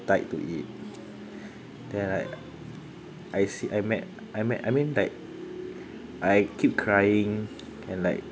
to eat then like I see I met I met I mean like I keep crying and like